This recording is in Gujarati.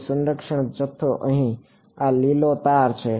તેથી તે સંરક્ષણ જથ્થો અહીં આ લીલો તીર છે